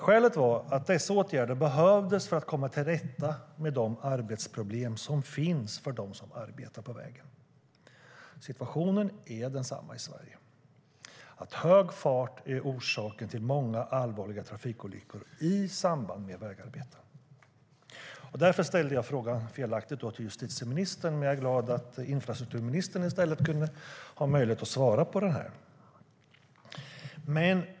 Skälet var att dessa åtgärder behövdes för att komma till rätta med de arbetsproblem som finns för de människor som arbetar på vägen. Situationen är densamma i Sverige, att hög fart är orsaken till många allvarliga trafikolyckor i samband med vägarbeten." Därför ställde jag frågan felaktigt till justitieministern. Jag är glad att infrastrukturministern i stället har möjlighet att svara.